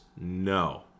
No